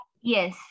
Yes